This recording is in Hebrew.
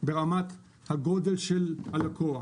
ברמת הגודל של הלקוח,